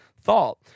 thought